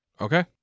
Okay